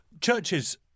Churches